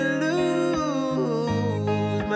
lose